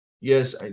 Yes